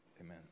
Amen